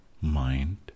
mind